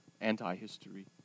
anti-history